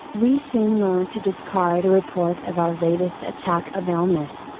we soon learn to discard a report of our latest attack of illness,